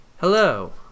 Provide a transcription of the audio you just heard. Hello